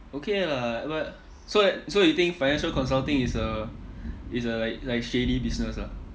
okay lah but so that so you think financial consulting is a is a like like shady business lah